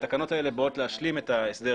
התקנות האלה באות להשלים את ההסדר